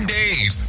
days